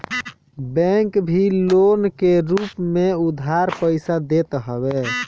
bank भी loan के रूप में उधार पईसा देत हवे